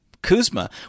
kuzma